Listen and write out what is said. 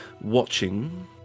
watching